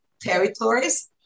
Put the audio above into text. territories